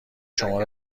شما